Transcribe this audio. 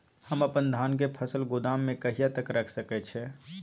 हम अपन धान के फसल गोदाम में कहिया तक रख सकैय छी?